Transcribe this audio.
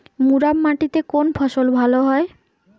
মুরাম মাটিতে কোন ফসল ভালো হয়?